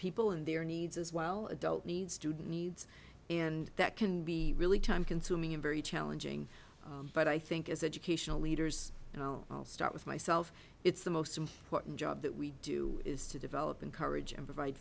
people in their needs as well adult needs student needs and that can be really time consuming and very challenging but i think as educational leaders you know i'll start with myself it's the most important job that we do is to develop encourage and provide